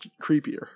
creepier